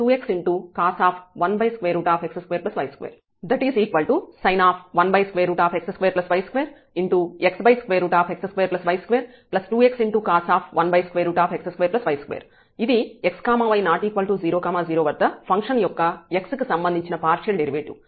xy≠00 వద్ద fxxy x2y2sin 1x2y2 122xx2y2322xcos 1x2y2 sin 1x2y2 xx2y22xcos 1x2y2 ఇది xy≠00 వద్ద function యొక్క x కి సంబంధించిన పార్షియల్ డెరివేటివ్